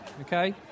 Okay